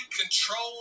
control